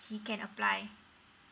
he can apply